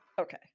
Okay